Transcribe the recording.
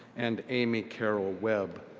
and amy carl web.